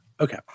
Okay